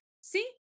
see